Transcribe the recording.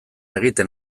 egiten